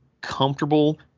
comfortable